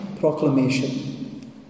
Proclamation